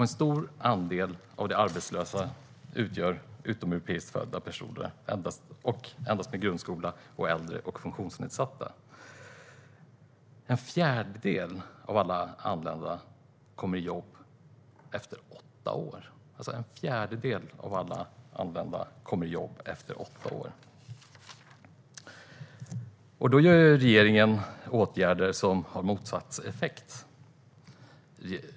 En stor andel av de arbetslösa utgörs av utomeuropeiskt födda, personer med endast grundskoleutbildning, äldre och funktionsnedsatta. En fjärdedel av alla anlända kommer i jobb efter åtta år. Då vidtar regeringen åtgärder som har motsatt effekt.